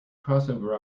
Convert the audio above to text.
crossover